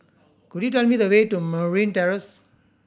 could you tell me the way to Merryn Terrace